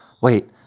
wait